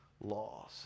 laws